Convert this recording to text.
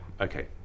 okay